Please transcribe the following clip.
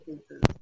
cases